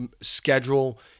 schedule